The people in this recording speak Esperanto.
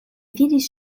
vidis